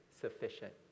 sufficient